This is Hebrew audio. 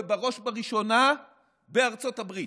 ובראש ובראשונה בארצות הברית,